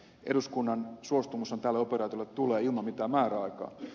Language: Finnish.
eduskunnan suostumushan tälle operaatiolle tulee ilman mitään määräaikaa